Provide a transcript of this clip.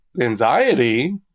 anxiety